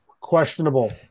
questionable